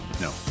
No